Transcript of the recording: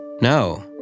No